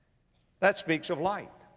that speaks of light.